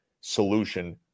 solution